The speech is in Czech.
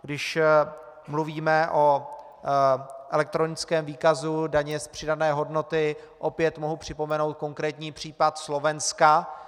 Když mluvíme o elektronickém výkazu daně z přidané hodnoty, opět mohu připomenout konkrétní případ Slovenska.